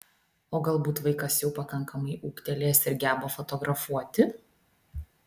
o galbūt vaikas jau pakankamai ūgtelėjęs ir geba fotografuoti